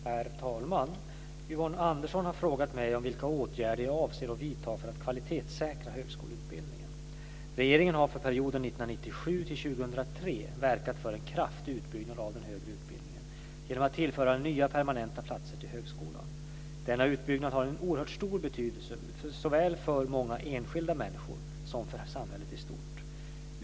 Herr talman! Yvonne Andersson har frågat mig vilka åtgärder jag avser att vidta för att kvalitetssäkra högskoleutbildningen. Regeringen har för perioden 1997-2003 verkat för en kraftig utbyggnad av den högre utbildningen genom att tillföra nya permanenta platser till högskolan. Denna utbyggnad har en oerhört stor betydelse såväl för många enskilda människor som för samhället i stort.